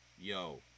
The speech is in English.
yo